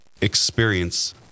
experience